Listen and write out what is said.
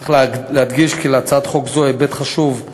צריך להדגיש כי להצעת חוק זו היבט חשוב של